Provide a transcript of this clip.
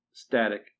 Static